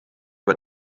but